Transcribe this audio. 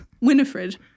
Winifred